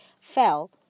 fell